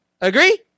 Agree